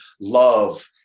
love